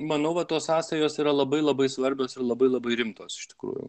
manau va tos sąsajos yra labai labai svarbios ir labai labai rimtos iš tikrųjų